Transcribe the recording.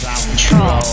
control